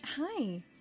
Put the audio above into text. Hi